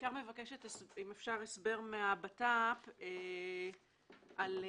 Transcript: בעיקר מבקשת אם אפשר הסבר מהמשרד לביטחון פנים על (ב)